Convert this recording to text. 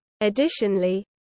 Additionally